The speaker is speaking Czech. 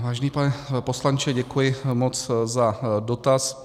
Vážený pane poslanče, děkuji moc za dotaz.